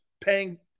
paying